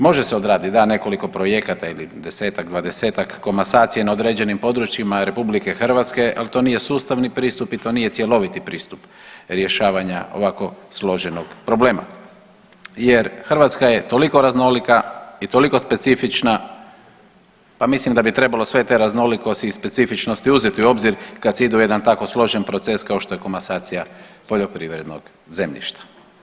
Može se odraditi da nekoliko projekata ili 10-ak, 20-ak komasacija na određenim područjima RH ali to nije sustavni pristup i to nije cjeloviti pristup rješavanja ovako složenog problema jer Hrvatska je toliko raznolika i toliko specifična pa mislim da bi trebalo sve te raznolikosti i specifičnosti uzeti u obzir kad se ide uz jedan tako složeni proces kao što je komasacija poljoprivrednog zemljišta.